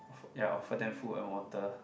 ya offer them food and water